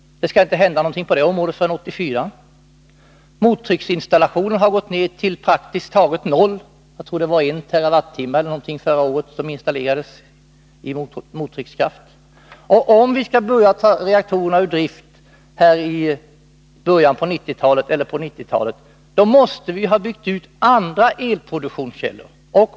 Det skall inte hända något på det området förrän 1984. Antalet mottrycksinstallationer har gått ned till praktiskt taget noll. Jag tror att det förra året installerades ungefär en terawattimme i mottryckskraft. Om vi skall kunna ta reaktorerna ur drift på 1990-talet, måste vi ha byggt ut andra elproduktionskällor.